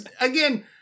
again